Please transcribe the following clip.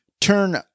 turn